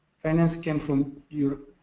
financing came from europe.